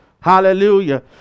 Hallelujah